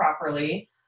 properly